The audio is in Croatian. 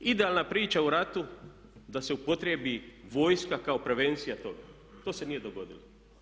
Idealna priča u ratu da se upotrijebi vojska kao prevencija toga, to se nije dogodilo.